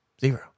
Zero